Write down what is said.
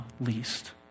least